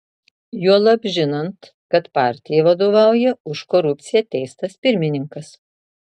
juolab žinant kad partijai vadovauja už korupciją teistas pirmininkas